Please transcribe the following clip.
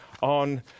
on